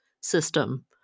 system